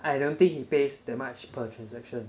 I don't think he pays that much per transaction